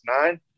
nine